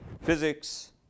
physics